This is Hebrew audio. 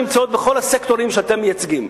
בנשים שנמצאות בכל הסקטורים שאתם מייצגים.